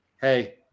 hey